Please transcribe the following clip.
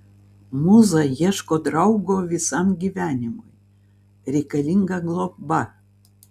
mūza ieško draugo visam gyvenimui reikalinga globa